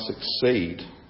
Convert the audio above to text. succeed